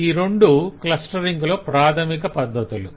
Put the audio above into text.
ఈ రెండూ క్లస్టరింగ్ లో ప్రాధమిక పద్ధతులు